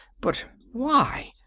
but why?